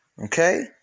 Okay